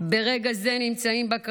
נמצאים ברגע זה בקרב,